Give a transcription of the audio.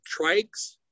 trikes